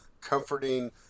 comforting